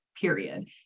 period